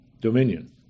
Dominion